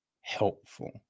helpful